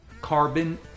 Carbon